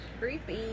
Creepy